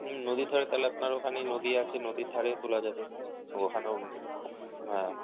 হুম নদীর ধারে তাহলে আপনার ওখানেই নদী আছে নদীর ধারে তোলা যাবে তো ওখানেও খুব হ্যাঁ